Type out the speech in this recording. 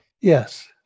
Yes